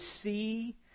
see